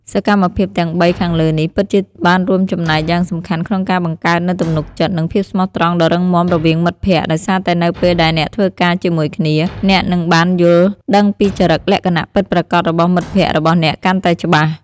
សកម្មភាពទាំងបីខាងលើនេះពិតជាបានរួមចំណែកយ៉ាងសំខាន់ក្នុងការបង្កើតនូវទំនុកចិត្ត និងភាពស្មោះត្រង់ដ៏រឹងមាំរវាងមិត្តភក្តិដោយសារតែនៅពេលដែលអ្នកធ្វើការជាមួយគ្នា អ្នកនឹងបានយល់ដឹងពីចរិតលក្ខណៈពិតប្រាកដរបស់មិត្តភក្តិរបស់អ្នកកាន់តែច្បាស់។